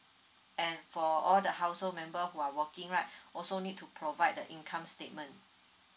and for all the household member who are working right also need to provide the income statement